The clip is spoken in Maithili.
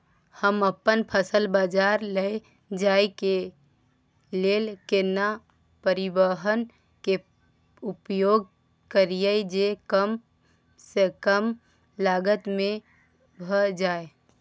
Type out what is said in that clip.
हम अपन फसल बाजार लैय जाय के लेल केना परिवहन के उपयोग करिये जे कम स कम लागत में भ जाय?